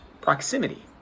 proximity